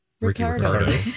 Ricardo